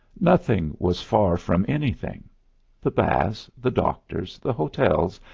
nothing was far from anything the baths, the doctors, the hotels,